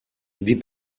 die